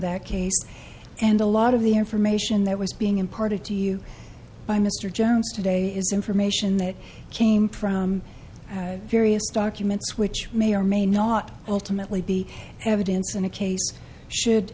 that case and a lot of the information that was being imparted to you by mr jones today is information that came from various documents which may or may not ultimately be evidence in a case should